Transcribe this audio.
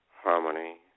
harmony